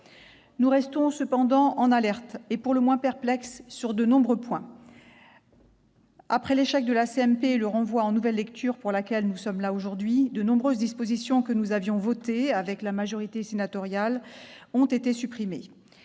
Nous restons cependant en alerte et pour le moins perplexes sur de nombreux points. Après l'échec de la commission mixte paritaire et le renvoi en nouvelle lecture qui nous réunit aujourd'hui, de nombreuses dispositions que nous avions votées avec la majorité sénatoriale ont été supprimées.